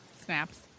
snaps